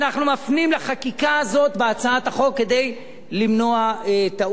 אנחנו מפנים לחקיקה הזאת בהצעת החוק כדי למנוע טעות.